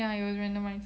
ya it was randomised